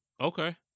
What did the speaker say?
Okay